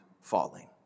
falling